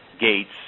gates